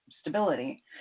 stability